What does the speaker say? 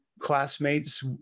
classmates